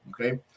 okay